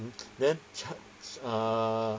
then uh